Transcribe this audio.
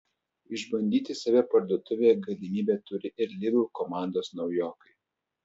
išbandyti save parduotuvėje galimybę turi ir lidl komandos naujokai